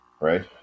Right